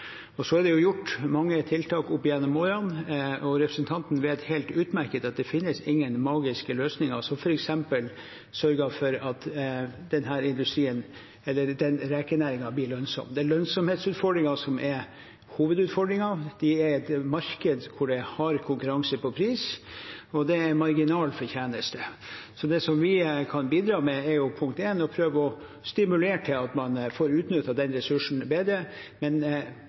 Så er det gjort mange tiltak opp gjennom årene, og representanten vet utmerket godt at det finnes ingen magiske løsninger som f.eks. sørger for at rekenæringen blir lønnsom. Det er lønnsomhetsutfordringen som er hovedutfordringen i et marked der det er hard konkurranse på pris, og det er marginal fortjeneste. Det vi kan bidra med, er å prøve å stimulere til at man får utnyttet den ressursen bedre, men